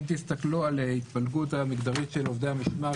אם תסתכלו על ההתפלגות המגדרית של עובדי המשמר,